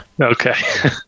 okay